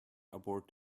abort